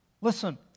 listen